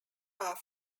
are